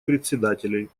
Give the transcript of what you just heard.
председателей